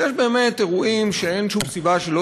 ויש באמת אירועים שאין שום סיבה שלא